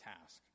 task